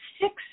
six